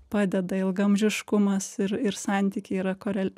padeda ilgaamžiškumas ir ir santykiai yra korel